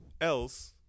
else